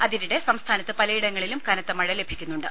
അതിനിടെ സംസ്ഥാനത്ത് പലയിടങ്ങളിലും കനത്ത മഴ ലഭിക്കുന്നുണ്ട്